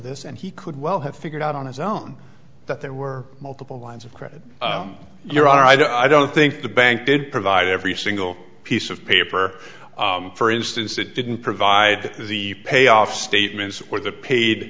this and he could well have figured out on his own that there were multiple lines of credit your honor i don't think the bank did provide every single piece of paper for instance it didn't provide the payoff statements or the paid